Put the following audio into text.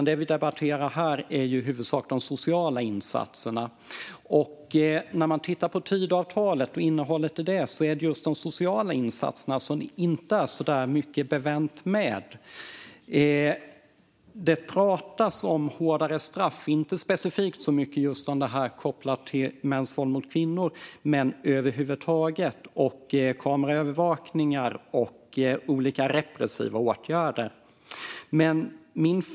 Det vi debatterar här är i huvudsak de sociala insatserna. När man tittar på Tidöavtalet och innehållet i det ser man just att det inte är särskilt mycket bevänt med de sociala insatserna. Det pratas om hårdare straff, inte kopplat specifikt till mäns våld mot kvinnor men över huvud taget. Det pratas om kameraövervakning och olika repressiva åtgärder. Herr talman!